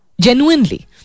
Genuinely